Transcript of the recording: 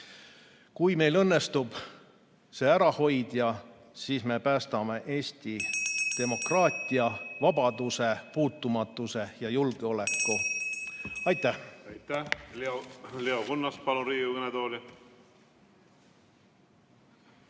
Kui meil õnnestub see ära hoida, siis me päästame Eesti demokraatia, vabaduse, puutumatuse ja julgeoleku. Aitäh! Aitäh! Leo Kunnas, palun Riigikogu kõnetooli.